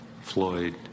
Floyd